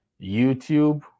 youtube